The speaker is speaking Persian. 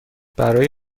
برای